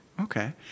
okay